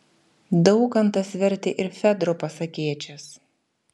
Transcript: daukantas vertė ir fedro pasakėčias